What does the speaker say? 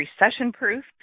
recession-proof